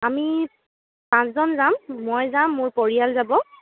আমি পাঁচজন যাম মই যাম মোৰ পৰিয়াল যাব